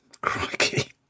Crikey